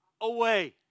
away